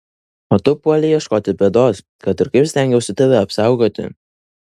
o tu puolei ieškoti bėdos kad ir kaip stengiausi tave apsaugoti